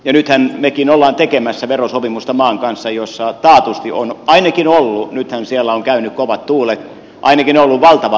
nythän mekin olemme tekemässä verosopimusta maan kanssa jossa taatusti on harmaata taloutta ainakin ollut nythän siellä ovat käyneet kovat tuulet valtava määrä